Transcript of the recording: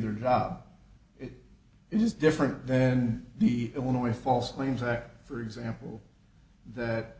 their job it is different then the illinois false claims act for example that